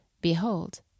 Behold